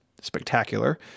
spectacular